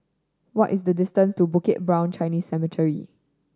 what is the distance to Bukit Brown Chinese Cemetery